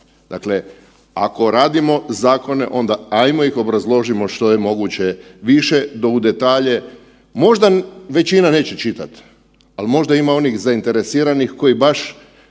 Dakle, ako radimo zakone onda ajmo ih obrazložimo što je moguće više do u detalje, možda većina neće čitat, al možda ima onih zainteresiranih koji baš